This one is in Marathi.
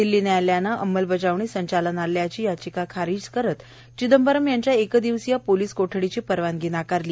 दिल्ली न्यायालयानं अंमलबजावणी संचालनालयाची याचिका खारीज करत चिदंबरम् यांच्या एकदिवसीय पोलिस कोळीची परवानगी नाकारली